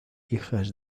hijas